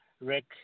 Rick